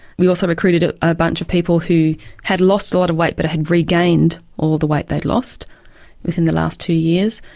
we also recruited ah a bunch of people who had lost a lot of weight but had regained all the weight they'd lost within the last two years.